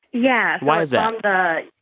yeah why is um that?